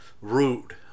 rude